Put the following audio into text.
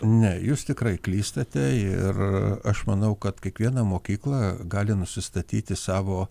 ne jūs tikrai klystate ir aš manau kad kiekviena mokykla gali nusistatyti savo